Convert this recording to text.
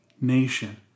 nation